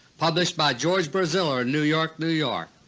published by george braziller, new york, new york.